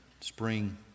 spring